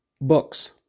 books